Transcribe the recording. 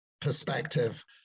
perspective